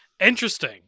Interesting